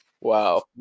Wow